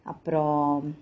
அப்புறம்:appuram